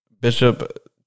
Bishop